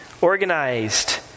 organized